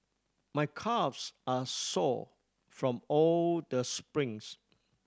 my calves are sore from all the sprints